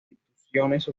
instituciones